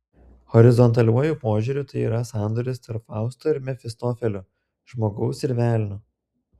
horizontaliuoju požiūriu tai yra sandoris tarp fausto ir mefistofelio žmogaus ir velnio